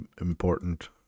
important